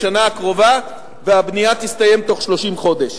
בשנה הקרובה, והבנייה תסתיים בתוך 30 חודש.